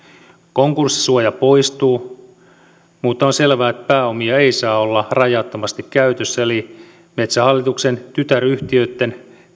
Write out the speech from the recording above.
konkurssisuoja poistuu mutta on selvää että pääomia ei saa olla rajattomasti käytössä eli metsähallituksen tytäryhtiöitten